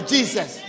Jesus